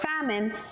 famine